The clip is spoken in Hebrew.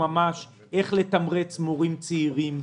איך לתמרץ מורים צעירים,